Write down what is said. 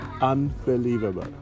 unbelievable